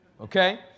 okay